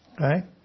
Okay